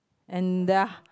and their